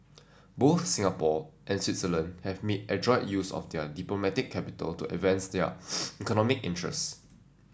both Singapore and Switzerland have made adroit use of their diplomatic capital to advance their economic interests